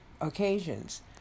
occasions